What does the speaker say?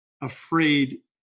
afraid